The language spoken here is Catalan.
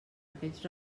aquells